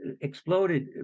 exploded